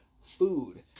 food